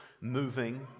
moving